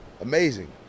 amazing